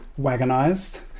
wagonized